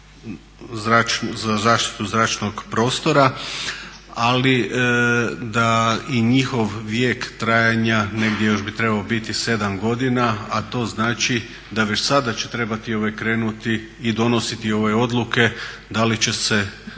za zaštitu zračnog prostora. Ali da i njihov vijek trajanja negdje još bi trebao biti 7 godina, a to znači da već sada će trebati krenuti i donositi odluke da li će se